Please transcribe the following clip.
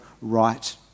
right